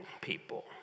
people